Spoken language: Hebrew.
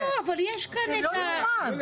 אבל יש כאן את --- יוליה,